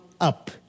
up